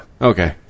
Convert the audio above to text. Okay